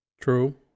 True